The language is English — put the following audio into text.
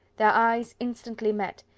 their eyes instantly met,